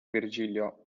virgilio